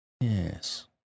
yes